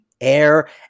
air